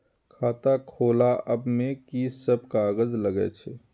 खाता खोलाअब में की सब कागज लगे छै?